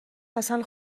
اصلا